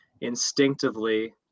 instinctively